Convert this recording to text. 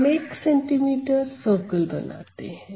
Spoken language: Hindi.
हम एक सेमी सर्कल बनाते हैं